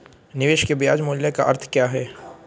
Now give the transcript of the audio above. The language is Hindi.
निवेश के ब्याज मूल्य का अर्थ क्या है?